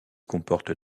comporte